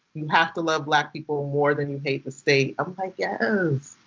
you have to love black people more than you hate the state. i'm like. yes!